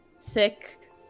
thick